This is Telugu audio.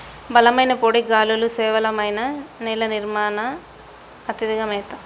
బలమైన పొడి గాలులు, పేలవమైన నేల నిర్మాణం, అతిగా మేత